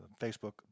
Facebook